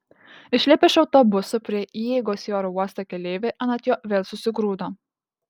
išlipę iš autobuso prie įeigos į oro uostą keleiviai anot jo vėl susigrūdo